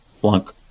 flunk